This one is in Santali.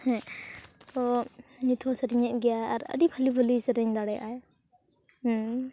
ᱦᱮᱸ ᱛᱚ ᱱᱤᱛᱦᱚᱸ ᱥᱮᱨᱮᱧᱮᱫ ᱜᱮᱭᱟ ᱟᱨ ᱟᱹᱰᱤ ᱵᱷᱟᱹᱞᱤ ᱵᱷᱟᱹᱞᱤ ᱥᱮᱨᱮᱧ ᱫᱟᱲᱮᱭᱟᱜᱼᱟᱭ ᱦᱮᱸ